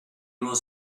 was